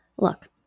Look